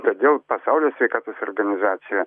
todėl pasaulio sveikatos organizacija